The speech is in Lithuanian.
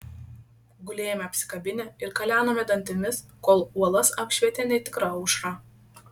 gulėjome apsikabinę ir kalenome dantimis kol uolas apšvietė netikra aušra